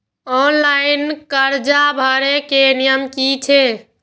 Online कर्जा भरे के नियम की छे?